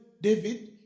David